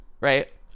right